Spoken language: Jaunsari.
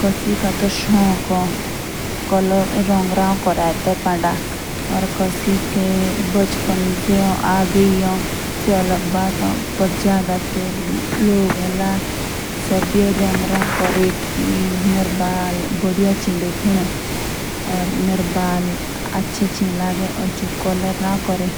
कुड़ी के ओका ए जो से रंग रो करे कसीके बचपन से ए से अलग बात ए। लेकिन ज्यादातार लोग कौओलर राखो करि।